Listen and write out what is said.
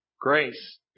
Grace